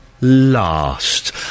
last